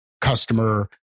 customer